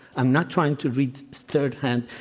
i'm not trying to read third hand.